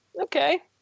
Okay